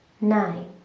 nine